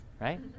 right